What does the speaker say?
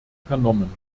vernommen